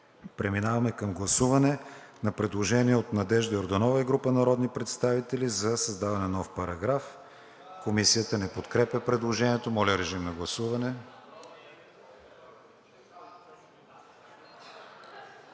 Преминаваме към гласуване на предложение от Надежда Йорданова и група народни представители за създаване на нов параграф. Комисията не подкрепя предложението. Гласували